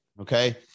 okay